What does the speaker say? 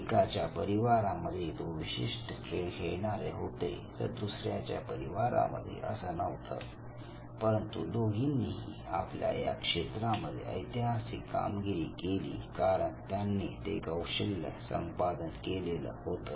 एकाच्या परिवारामध्ये तो विशिष्ट खेळ खेळणारे होते तर दुसऱ्याच्या परिवारामध्ये असं नव्हतं परंतु दोघींनीही आपल्या या क्षेत्रामध्ये ऐतिहासिक कामगिरी केली कारण त्यांनी ते कौशल्य संपादन केलेलं होतं